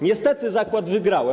Niestety zakład wygrałem.